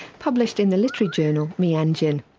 published in the literary journal, meanjin.